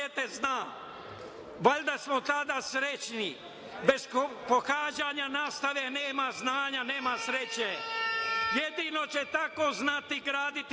Valjda smo tada srećni. Bez pohađanja nastave nema znanja, nema sreće, jedino će tako znati graditi